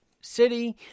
city